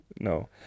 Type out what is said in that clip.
no